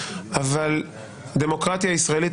אבל הדמוקרטיה הישראלית,